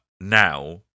now